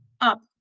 up